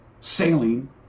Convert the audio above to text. sailing